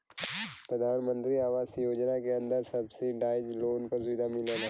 प्रधानमंत्री आवास योजना के अंदर सब्सिडाइज लोन क सुविधा मिलला